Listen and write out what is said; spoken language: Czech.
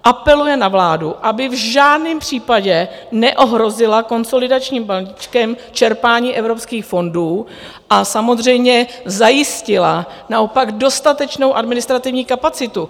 Apeluje na vládu, aby v žádném případě neohrozila konsolidačním balíčkem čerpání evropských fondů a samozřejmě zajistila naopak dostatečnou administrativní kapacitu.